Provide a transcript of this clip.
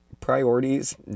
priorities